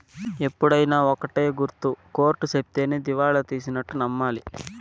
ఎప్పుడైనా ఒక్కటే గుర్తు కోర్ట్ సెప్తేనే దివాళా తీసినట్టు నమ్మాలి